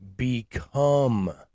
Become